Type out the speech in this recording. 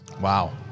Wow